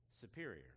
superior